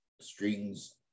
strings